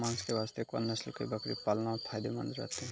मांस के वास्ते कोंन नस्ल के बकरी पालना फायदे मंद रहतै?